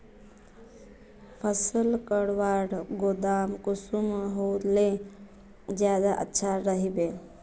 फसल रखवार गोदाम कुंसम होले ज्यादा अच्छा रहिबे?